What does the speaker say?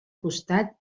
costat